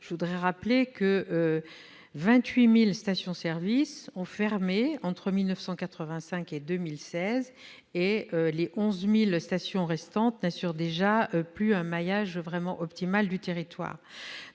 que quelque 28 000 stations-service ont fermé entre 1985 et 2016, et que les 11 000 stations restantes n'assurent déjà plus un maillage optimal du territoire.